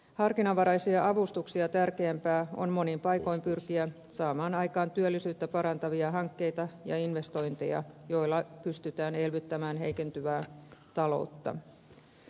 harkinnanvaraisia avustuksia tärkeämpää on monin paikoin pyrkiä saamaan aikaan työllisyyttä parantavia hankkeita ja investointeja joilla pystytään elvyttämään heikentyvää taloutta